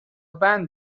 بند